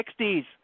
60s